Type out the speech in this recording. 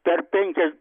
per penkias